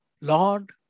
Lord